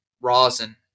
rosin